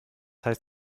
heißt